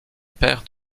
pères